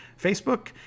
Facebook